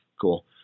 cool